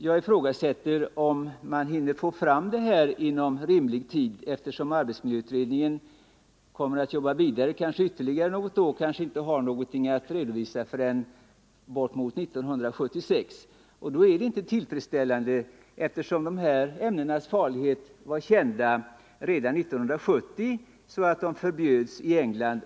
Jag ifrågasätter emellertid om man hinner få fram ett sådant material i rimlig tid, eftersom arbetsmiljöutredningen kommer att arbeta ytterligare något år — och kanske inte har någonting att redovisa förrän fram emot 1976. Det vore inte tillfredsställande, eftersom de här ämnenas farlighet var känd år 1970, då de förbjöds i England.